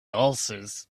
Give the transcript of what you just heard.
ulcers